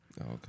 Okay